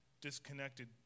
disconnected